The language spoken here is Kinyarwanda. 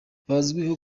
bazwiho